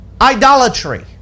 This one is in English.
idolatry